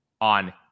on